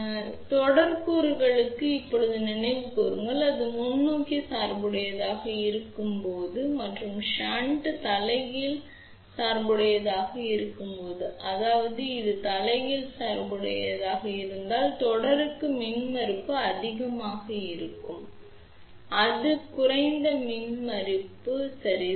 எனவே தொடர் கூறுகளுக்கு இப்போது நினைவுகூருங்கள் அது முன்னோக்கி சார்புடையதாக இருக்கும்போது மற்றும் ஷன்ட் தலைகீழ் சார்புடையதாக இருக்கும்போது அதாவது இது தலைகீழ் சார்புடையதாக இருந்தால் தொடருக்கு மின்மறுப்பு அதிகமாக இருக்கும் அது குறைந்த மின்மறுப்பு சரிதான்